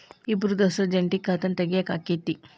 ಇಬ್ರ ದೋಸ್ತರ ಜಂಟಿ ಖಾತಾನ ತಗಿಯಾಕ್ ಆಕ್ಕೆತಿ?